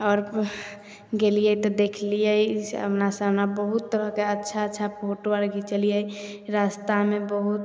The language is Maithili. आओर गेलिए तऽ देखलिए इसब हमरा बहुत अच्छा अच्छा फोटो आर घीचलिए रास्तामे बहुत